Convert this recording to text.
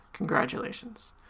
Congratulations